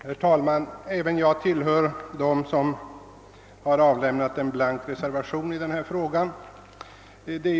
Herr talman! Även jag tillhör dem som har avlämnat en blank reservation i detta ärende.